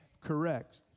Correct